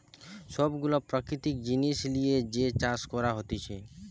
সব গুলা প্রাকৃতিক জিনিস লিয়ে যে চাষ করা হতিছে